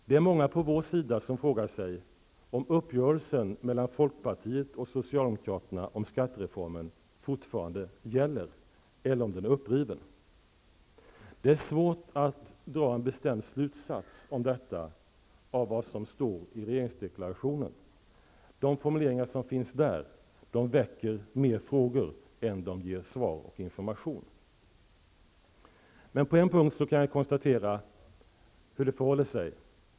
Det är många på vår sida som frågar sig om uppgörelsen mellan folkpartiet och socialdemokraterna i fråga om skattereformen fortfarande gäller eller om den är uppriven. Det är svårt att dra en bestämd slutsats av vad som står i regeringsdeklarationen. De formuleringar som finns där väcker mer frågor än de ger svar och information. På en punkt kan jag konstatera hur det förhåller sig.